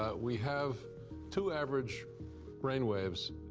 but we have two average brain waves,